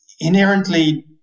inherently